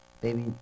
baby